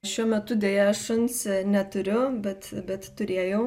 šiuo metu deja aš šuns neturiu bet bet turėjau